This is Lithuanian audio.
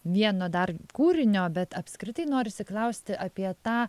vieno dar kūrinio bet apskritai norisi klausti apie tą